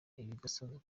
ibidasanzwe